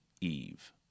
Eve